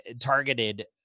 targeted